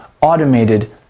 automated